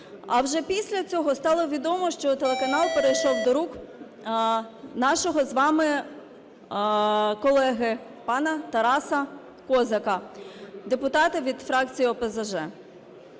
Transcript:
а вже після цього стало відомо, що телеканал перейшов до рук нашого з вами колеги пана Тараса Козака, депутата від фракції ОПЗЖ.